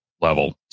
level